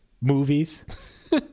Movies